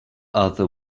other